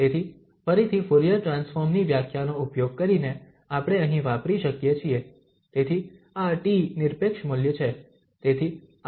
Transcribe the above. તેથી ફરીથી Fourier transform ની વ્યાખ્યાનો ઉપયોગ કરીને આપણે અહીં વાપરી શકીએ છીએ તેથી આ t નિરપેક્ષ મૂલ્ય છે